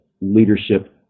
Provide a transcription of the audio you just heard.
leadership